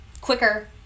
quicker